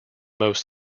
most